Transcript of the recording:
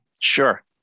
Sure